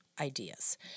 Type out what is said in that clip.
ideas